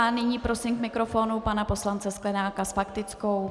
Nyní prosím k mikrofonu pana poslance Sklenáka s faktickou.